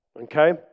Okay